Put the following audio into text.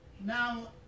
Now